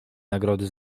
nagrody